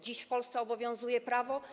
Dziś w Polsce obowiązuje prawo.